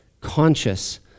conscious